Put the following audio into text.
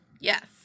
Yes